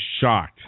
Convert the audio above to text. shocked